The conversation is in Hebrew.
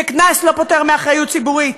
וקנס לא פוטר מאחריות ציבורית.